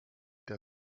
der